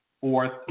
fourth